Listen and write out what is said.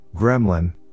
gremlin